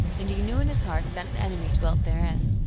and knew in his heart that an enemy dwelt therein.